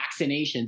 vaccinations